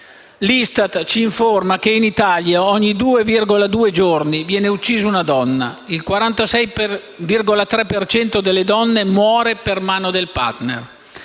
L'ISTAT ci informa che in Italia ogni 2,2 giorni viene uccisa una donna; il 46,3 per cento delle donne muore per mano del *partner*.